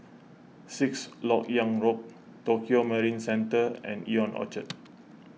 Sixth Lok Yang Road Tokio Marine Centre and Ion Orchard